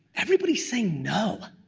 everybody's saying no.